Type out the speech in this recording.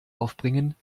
aufbringen